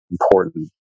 important